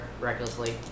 recklessly